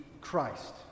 Christ